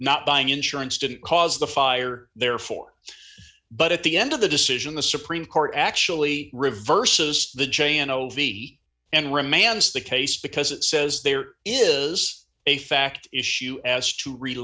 not buying insurance didn't cause the fire therefore but at the end of the decision the supreme court actually reverses the chain ovi and remands the case because it says there is a fact issue as to